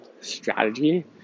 strategy